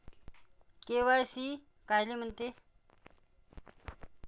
KYC कायले म्हनते?